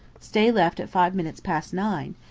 stay left at five minutes past nine,